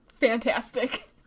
Fantastic